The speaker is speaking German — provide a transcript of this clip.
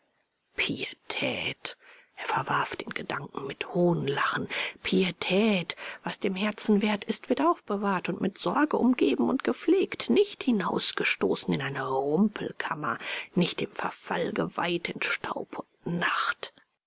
pietät er verwarf den gedanken mit hohnlachen pietät was dem herzen wert ist wird aufbewahrt und mit sorge umgeben und gepflegt nicht hinausgestoßen in eine rumpelkammer nicht dem verfall geweiht in staub und nacht